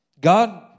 God